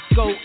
go